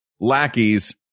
Lackeys